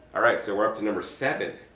alright so we're up to number seven.